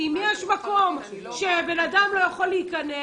אם יש מקום שבן אדם לא יכול להיכנס